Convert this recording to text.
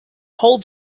holds